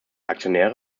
aktionäre